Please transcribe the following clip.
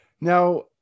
Now